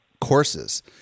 courses